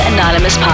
Anonymous